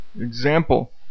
example